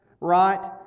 right